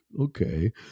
okay